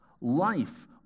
Life